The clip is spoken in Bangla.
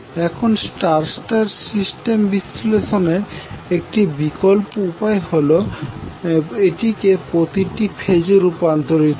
এখন স্টার স্টার সিস্টেম বিশ্লেষণের একটি বিকল্প উপায় হলো এটিকে প্রতিটি ফেজে রূপান্তরিত করা